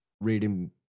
reading